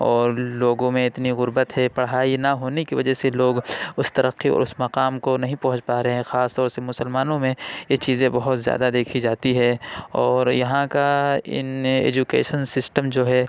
اور لوگوں میں اتنی غربت ہے پڑھائی نہ ہونے کی وجہ سے لوگ اُس ترقی اور اُس مقام کو نہیں پہنچ پا رہے ہیں خاص طور سے مسلمانوں میں یہ چیزیں بہت زیادہ دیکھی جاتی ہے اور یہاں کا اِن ایجوکیشن سسٹم جو ہے